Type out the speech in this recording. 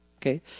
Okay